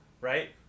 right